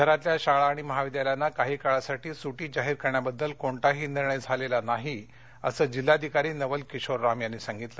शहरातल्या शाळा आणि महाविद्यालयांना काही काळासाठी सुटी जाहीर करण्याबद्दल कोणताही निर्णय झाला नसल्याचं जिल्हाधिकारी नवल किशोर राम यांनी सांगितलं